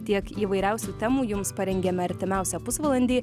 tiek įvairiausių temų jums parengėme artimiausią pusvalandį